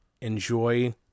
enjoy